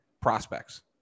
prospects